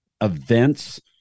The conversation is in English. events